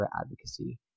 advocacy